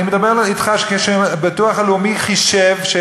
אני אומר לך שהביטוח הלאומי חישב,